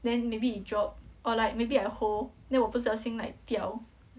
then maybe it drop or like maybe I hold then 我不小心 like 掉